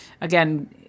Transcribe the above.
again